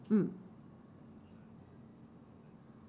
mm